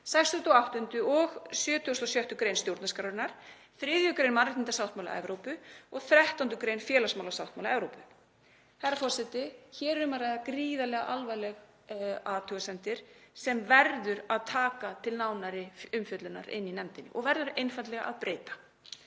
65., 68. og 76. gr. stjórnarskrárinnar, 3. gr. mannréttindasáttmála Evrópu og 13. gr. félagsmálasáttmála Evrópu. Herra forseti. Hér er um að ræða gríðarlega alvarlegar athugasemdir sem verður að taka til nánari umfjöllunar í nefndinni og verður einfaldlega að breyta.